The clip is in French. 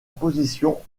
position